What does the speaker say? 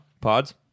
pods